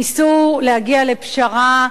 ניסו להגיע לפשרה.